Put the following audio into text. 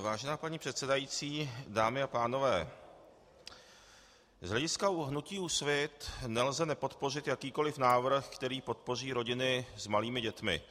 Vážená paní předsedající, dámy a pánové, z hlediska hnutí Úsvit nelze nepodpořit jakýkoliv návrh, který podpoří rodiny s malými dětmi.